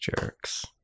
jerks